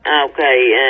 Okay